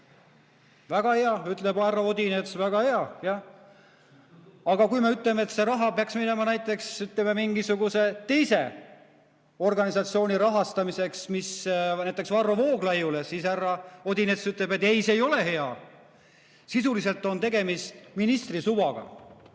"Väga hea!" ütleb härra Odinets. "Väga hea!" Aga kui me ütleme, et see raha peaks minema näiteks, ütleme, mingisuguse teise organisatsiooni rahastamiseks, näiteks Varro Vooglaiule, siis härra Odinets ütleb, et ei, see ei ole hea. Sisuliselt on tegemist ministri suvaga.